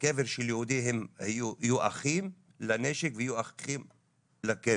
בקבר של יהודים הם היו אחים לנשק ואחים לקבר,